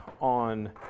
on